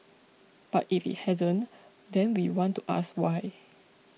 but if it hasn't then we want to ask why